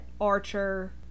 Archer